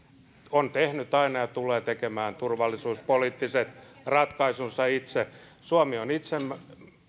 on tehnyt aina ja tulee tekemään turvallisuuspoliittiset ratkaisunsa itse suomi on